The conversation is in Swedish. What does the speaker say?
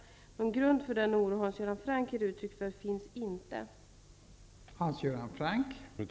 Någon grund för den oro Hans Göran Franck ger uttryck för finns således inte.